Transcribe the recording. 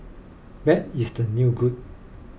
bad is the new good